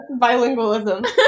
Bilingualism